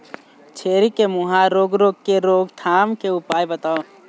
छेरी के मुहा रोग रोग के रोकथाम के उपाय बताव?